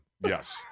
Yes